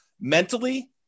mentally